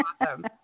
awesome